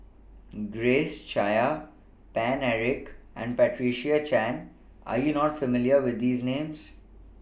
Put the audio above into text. Grace Chia Paine Eric and Patricia Chan Are YOU not familiar with These Names